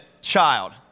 child